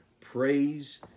praise